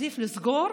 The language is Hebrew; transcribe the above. עדיף לסגור,